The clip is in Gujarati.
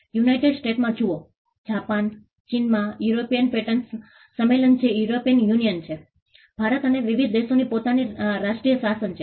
યુનાઇટેડ સ્ટેટ્સમાં જુઓ જાપાન ચીનમાં યુરોપિયન પેટન્ટ સંમેલન જે યુરોપિયન યુનિયન છે ભારત અને વિવિધ દેશોની પોતાની રાષ્ટ્રીય શાસન છે